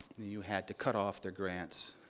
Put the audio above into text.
you had to cut off their grants.